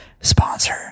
sponsor